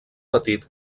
petit